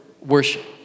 worship